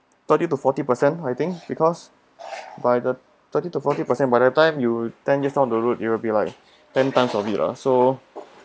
thirty to forty percent I think because by the thirty to forty percent by the time you ten years down the road you will be like ten times of it lah so